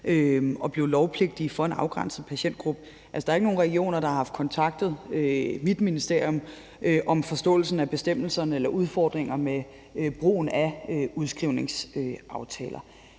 og blev lovpligtigt for en afgrænset patientgruppe, er der ikke nogen regioner, der har kontaktet mit ministerium om forståelsen af bestemmelserne eller udfordringer med brugen af udskrivningsaftaler.